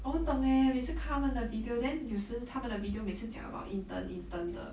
我不懂 eh 每次看他们的 video then 有时他们的 video 每次讲 about intern intern 的